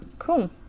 Cool